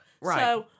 Right